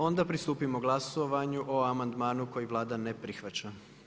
Onda pristupimo glasovanju o amandmanu koji Vlada ne prihvaća.